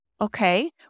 Okay